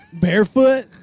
Barefoot